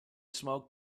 smoke